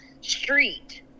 street